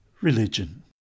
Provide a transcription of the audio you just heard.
religion